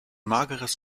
mageres